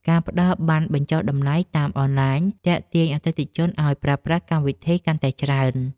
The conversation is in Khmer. ការផ្ដល់ប័ណ្ណបញ្ចុះតម្លៃតាមអនឡាញ ទាក់ទាញអតិថិជនឱ្យប្រើប្រាស់កម្មវិធីកាន់តែច្រើន។